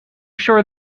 sure